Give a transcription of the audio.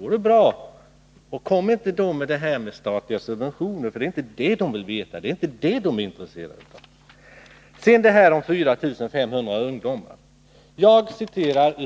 Men kom inte med det där talet om statliga subventioner, för det är inte det som de är intresserade av. Sedan till vad jag sade om de 4 500 ungdomarna. Jag citerade